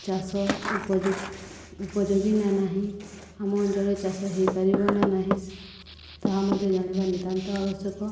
ଚାଷ ଉପଯୁ ଉପଯୋଗୀ ନା ନାହିଁ ଆମ ଅଞ୍ଚଳରେ ଚାଷ ହେଇପାରିବ ନା ନାହିଁ ତାହା ମଧ୍ୟ ଜାଣିବା ନିତ୍ୟାନ୍ତ ଆବଶ୍ୟକ